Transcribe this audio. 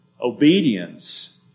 Obedience